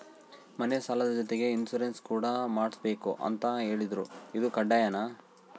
ಮನೆ ಸಾಲದ ಜೊತೆಗೆ ಇನ್ಸುರೆನ್ಸ್ ಕೂಡ ಮಾಡ್ಸಲೇಬೇಕು ಅಂತ ಹೇಳಿದ್ರು ಇದು ಕಡ್ಡಾಯನಾ?